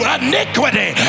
iniquity